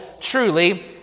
truly